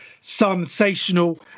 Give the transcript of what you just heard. sensational